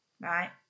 right